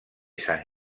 sant